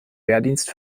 wehrdienst